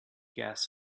gas